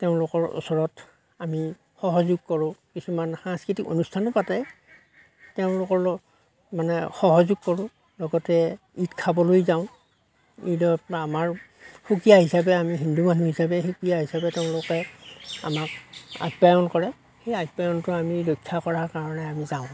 তেওঁলোকৰ ওচৰত আমি সহযোগ কৰোঁ কিছুমান সাংস্কৃতিক অনুষ্ঠানো পাতে তেওঁলোকৰ ল মানে সহযোগ কৰোঁ লগতে ঈদ খাবলৈ যাওঁ ঈদত আমাৰ সুকীয়া হিচাপে আমি হিন্দু মানুহ হিচাপে সুকীয়া হিচাপে তেওঁলোকে আমাক আপ্যায়ন কৰে সেই আপ্য়ায়নটো আমি ৰক্ষা কৰাৰ কাৰণে আমি যাওঁ